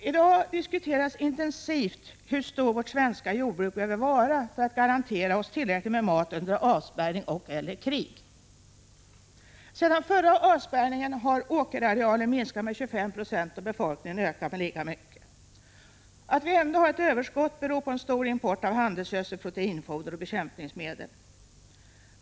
I dag diskuteras intensivt hur stort vårt svenska jordbruk behöver vara för att garantera oss tillräckligt med mat under avspärrning och/eller krig. Sedan förra avspärrningen har åkerarealen minskat med 25 90 och befolkningen ökat med lika mycket. Att vi ändå har ett överskott beror på stor import av handelsgödsel, proteinfoder och bekämpningsmedel.